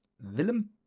Willem